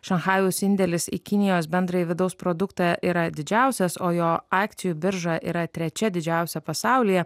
šanchajaus indėlis į kinijos bendrąjį vidaus produktą yra didžiausias o jo akcijų birža yra trečia didžiausia pasaulyje